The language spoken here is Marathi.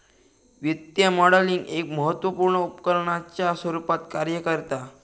वित्तीय मॉडलिंग एक महत्त्वपुर्ण उपकरणाच्या रुपात कार्य करता